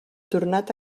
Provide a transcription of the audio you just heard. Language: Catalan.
tornat